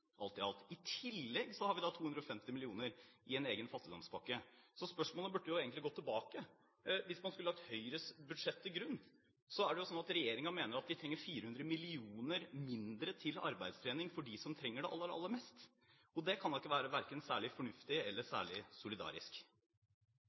alt i alt. I tillegg har vi 250 mill. kr i en egen fattigdomspakke. Så spørsmålet burde egentlig ha gått tilbake. Hvis man skulle lagt Høyres budsjett til grunn, er det slik at regjeringen mener at vi trenger 400 mill. kr mindre til arbeidstrening for dem som trenger det aller, aller mest. Det kan da ikke være verken særlig fornuftig eller